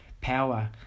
power